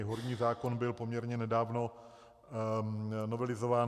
Horní zákon byl poměrně nedávno novelizován.